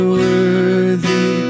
worthy